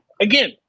Again